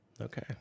Okay